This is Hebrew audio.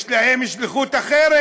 יש להם שליחות אחרת.